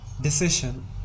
decision